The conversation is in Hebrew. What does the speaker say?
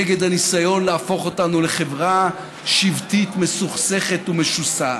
נגד הניסיון להפוך אותנו לחברה שבטית מסוכסכת ומשוסעת.